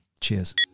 Cheers